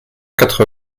quatre